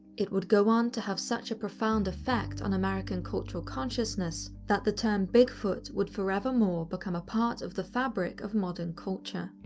it would go on to have such a profound effect on american cultural consciousness, that the term bigfoot would forevermore become a part of the fabric of modern culture.